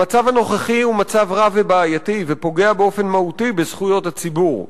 המצב הנוכחי הוא מצב רע ובעייתי ופוגע באופן מהותי בזכויות הציבור.